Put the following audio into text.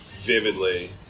vividly